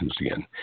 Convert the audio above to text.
again